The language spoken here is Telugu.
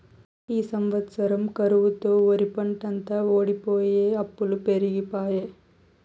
ఈ సంవత్సరం కరువుతో ఒరిపంటంతా వోడిపోయె అప్పులు పెరిగిపాయె